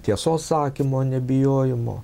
tiesos sakymo nebijojimo